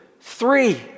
three